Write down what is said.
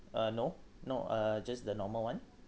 uh no no uh just the normal [one]